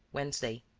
wednesday.